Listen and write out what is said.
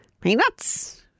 Peanuts